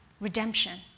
redemption